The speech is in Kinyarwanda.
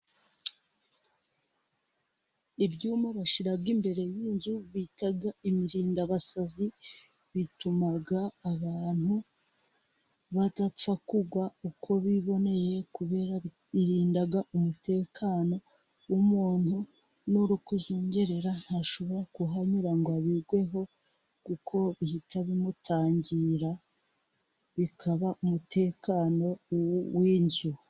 Ibyuma bashyira imbere y'inzu bita imirindabasazi bituma abantu badapfa kugwa uko biboneye kubera birinda umutekano w'umuntu n'uri kuzungere ntashobora kuhanyura ngo abigwe kuko bihita bimutangira, bikaba umutekano w'inzu.